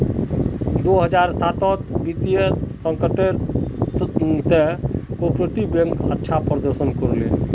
दो हज़ार साटेर वित्तीय संकटेर खुणा कोआपरेटिव बैंक अच्छा प्रदर्शन कर ले